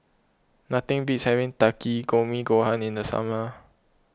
nothing beats having Takikomi Gohan in the summer